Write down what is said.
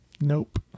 nope